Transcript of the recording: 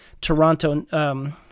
Toronto